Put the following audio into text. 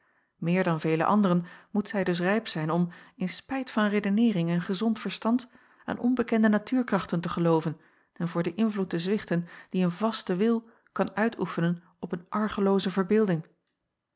meer dan vele anderen moet zij dus rijp zijn om in spijt van redeneering en gezond verstand aan onbekende natuurkrachten te gelooven en voor den invloed te zwichten dien een vaste wil kan uitoefenen op een argelooze verbeelding